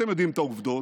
אתם יודעים את העובדות,